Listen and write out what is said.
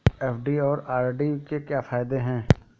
FD और RD के क्या फायदे हैं?